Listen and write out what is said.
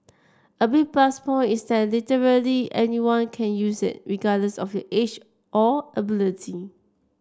a big plus point is that literally anyone can use it regardless of the age or ability